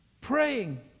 praying